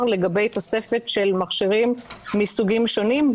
לגבי תוספת של מכשירים מסוגים שונים,